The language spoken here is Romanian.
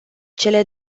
cele